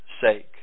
sake